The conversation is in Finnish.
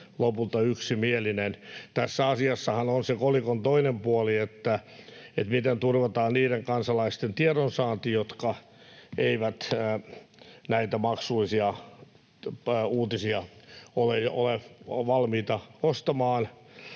lopulta yksimielinen. Tässä asiassahan on se kolikon toinen puoli, että miten turvataan niiden kansalaisten tiedonsaanti, jotka eivät näitä maksullisia pääuutisia ole valmiita ostamaan,